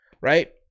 right